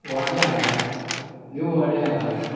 वाड्या हात निवड्यात हात